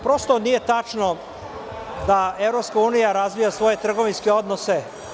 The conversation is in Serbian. Prosto nije tačno da EU razvija svoje trgovinske odnose.